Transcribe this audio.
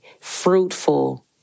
fruitful